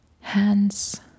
hands